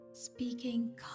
Speaking